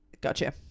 Gotcha